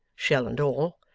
shell and all,